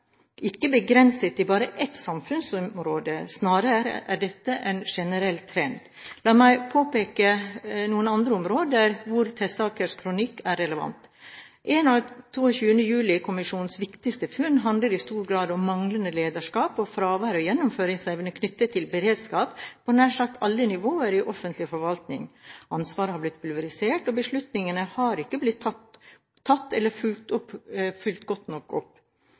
dette en generell trend. La meg påpeke noen andre områder hvor Tesakers kronikk er relevant. En av 22. juli-kommisjonens viktigste funn handler i stor grad om manglende lederskap og fravær av gjennomføringsevne knyttet til beredskap på nær sagt alle nivåer i offentlig forvaltning – ansvaret har blitt pulverisert, og beslutningene har ikke blitt tatt eller fulgt godt nok opp.